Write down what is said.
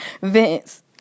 Vince